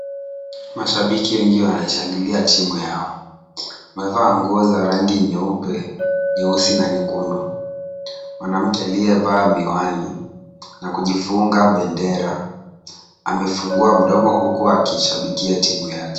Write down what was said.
Mashabiki wengi wanaishangilia timu yao. Wamevaa nguo za rangi nyeupe, nyeusi na nyekundu. Mwanamke aliyevaa miwani na kujifunga bendera amefungua mdomo huku akishabikia timu yake.